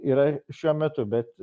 yra šiuo metu bet